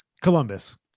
columbus